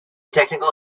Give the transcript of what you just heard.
technical